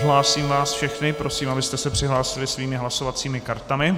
Odhlásím vás všechny a prosím, abyste se přihlásili svými hlasovacími kartami.